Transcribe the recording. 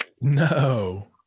no